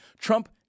Trump